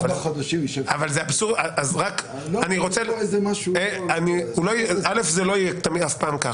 מן הסתם זה לא יהיה כך.